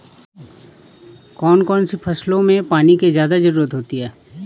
कौन कौन सी फसलों में पानी की ज्यादा ज़रुरत होती है?